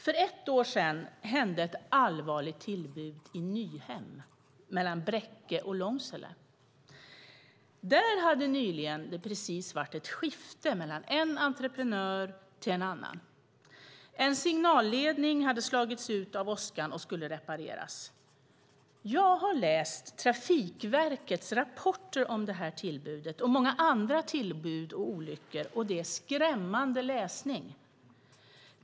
För ett år sedan ägde ett allvarligt tillbud rum i Nyhem, mellan Bräcke och Långsele. Där hade det nyligen varit ett skifte mellan en entreprenör och en annan. En signalledning hade slagits ut av åskan och skulle repareras. Jag har läst Trafikverkets rapporter om detta tillbud och om många andra tillbud och olyckor, och det är skrämmande läsning.